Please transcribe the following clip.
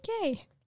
Okay